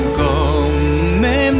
come